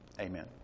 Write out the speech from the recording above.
Amen